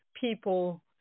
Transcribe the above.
people